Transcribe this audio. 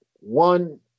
one